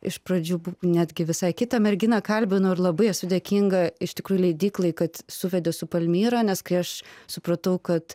iš pradžių netgi visai kitą merginą kalbinau ir labai esu dėkinga iš tikrųjų leidyklai kad suvedė su palmyra nes kai aš supratau kad